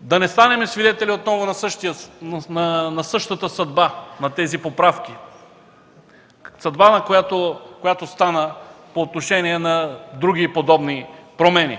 да не станем свидетели на същата съдба на поправките, както стана по отношение на други подобни промени.